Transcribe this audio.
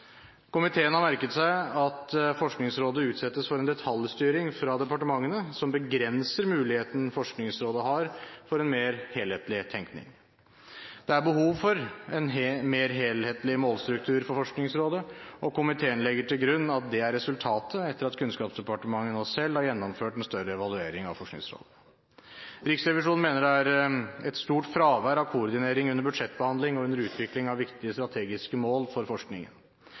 Komiteen har merket seg at Forskningsrådet utsettes for en detaljstyring fra departementene som begrenser muligheten Forskningsrådet har for en mer helhetlig tenkning. Det er behov for en mer helhetlig målstruktur for Forskningsrådet, og komiteen legger til grunn at det er resultatet etter at Kunnskapsdepartementet nå selv har gjennomført en større evaluering av Forskningsrådet. Riksrevisjonen mener det er et stort fravær av koordinering under budsjettbehandling og under utvikling av viktige strategiske mål for forskningen.